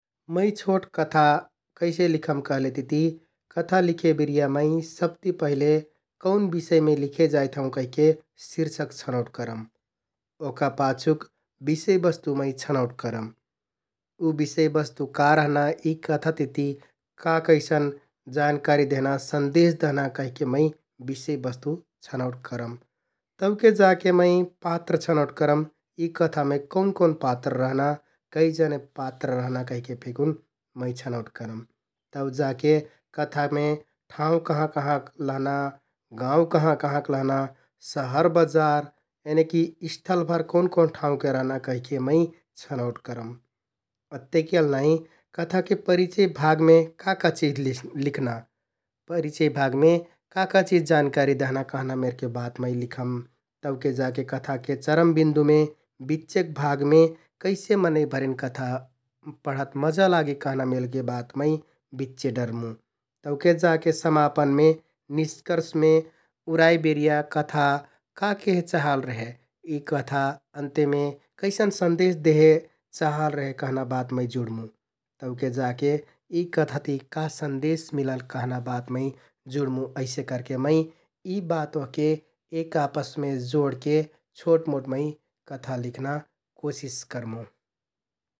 मै छोट कथा कैसे लिखम कहलेतिति कथा लिखे बिरिया मै सबति पहिले कौन बिषयमे लिखे जाइथौं कहिके शिर्षक छनौंट करम ओहका पाछुक बिषयबस्तु मै छनौंट करम । उ बिषयबस्तु का रहना, यि कथा तिति का कैसन जानकारी देहना, सन्देश देहना कहिके मै बिषयबस्तु छनौंट करम तौके जाके मै पात्र छनौंट करम । यि कथामे कौन कौन पात्र रहना, कै जने पात्र रहना कहिके फेकुन मै छनौंट करम तौ जाके कथामे ठाउँ कहाँ कहाँक लहना, गाउँ कहाँ कहाँक लहना, शहर बजार यनिकि स्थलभर कौन कौन ठाउँके रहना कहिके मै छनौंट करम । अत्तेकेल नाइ कथाके परिचय भागमे का का चिझ लिख्‍ना । परिचय भागमे का का चिज जानकारी दहना कहना मेरके बात मै लिखम । तौके जाके कथाके चरम बिन्दुमे, बिच्चेक भागमे कैसे मनैंभरिन कथा पढत मजा लागे कहना मेलके बात मै बिच्चे डरमुँ । तौके जाके समापनमे, निष्कर्षमे उराइ बिरिया कथा का केहे चाहल रेहे । यि कथा अन्त्यमे कैसन सन्देश देहे चाहल रेहे कहना बात मै जुडमुँ तौके जाके यि कथा ति का सन्देश मिलल कहना बात मै जुडमुँ । अइसे करके मै यि बात ओहके एक आपसमे जोडके छोट मोट मै कथा लिख्‍ना कोसिस करमुँ ।